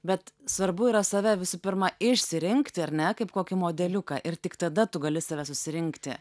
bet svarbu yra save visų pirma išsirinkti ar ne kaip kokį modeliuką ir tik tada tu gali save susirinkti